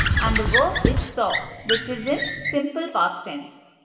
and the verb is saw which is in simple past tense.